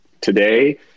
today